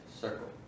circle